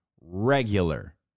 regular